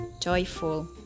joyful